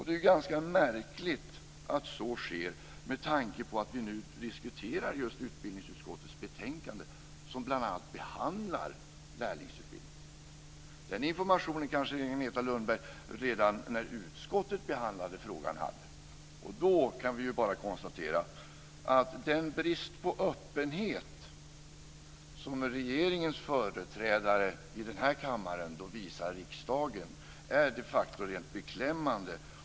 Det är ju ganska märkligt, med tanke på att vi nu diskuterar just utbildningsutskottets betänkande som bl.a. behandlar lärlingsutbildning. Den här informationen hade kanske Agneta Lundberg redan när utskottet behandlade frågan. I så fall kan vi bara konstatera att den brist på öppenhet som regeringens företrädare i den här kammaren visar riksdagen är rent beklämmande.